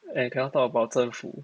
eh cannot talk about 政府